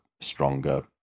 stronger